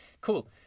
Cool